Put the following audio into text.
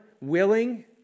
willing